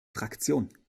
fraktion